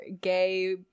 Gay